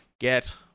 get